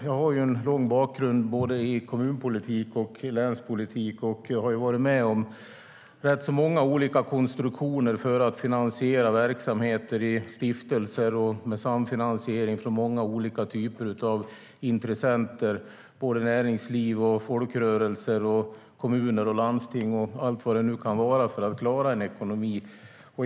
Jag har en lång bakgrund i både kommun och länspolitik, och jag har varit med om rätt många olika konstruktioner för att finansiera verksamheter i stiftelser med samfinansiering från många olika intressenter - näringsliv, folkrörelser, kommuner, landsting och allt vad det nu kan vara - för att klara en ekonomi.